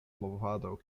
movado